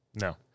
No